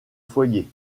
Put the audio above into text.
foyer